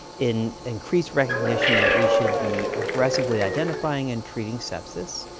in increased recognition that we should be aggressively identifying and treating sepsis.